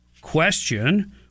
question